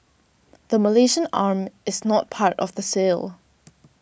the Malaysian arm is not part of the sale